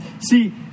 See